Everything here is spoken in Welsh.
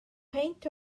peint